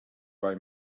buy